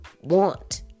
Want